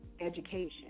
education